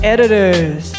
Editors